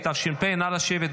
התשפ"ה 2024,